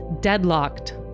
deadlocked